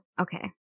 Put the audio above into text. okay